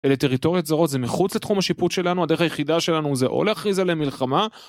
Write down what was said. אלה טריטוריות זרות, זה מחוץ לתחום השיפוט שלנו, הדרך היחידה שלנו זה או להכריז עליהם מלחמה...